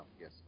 Yes